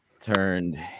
turned